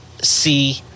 see